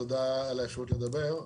תודה על האפשרות לדבר.